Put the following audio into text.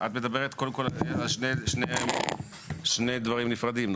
את מדברת קודם כל על שני דברים נפרדים,